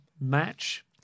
match